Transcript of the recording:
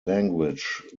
language